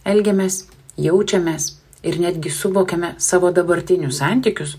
elgiamės jaučiamės ir netgi suvokiame savo dabartinius santykius